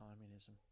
communism